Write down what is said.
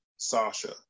Sasha